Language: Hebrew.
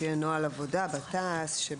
שיהיה נוהל עבודה --- שדובר,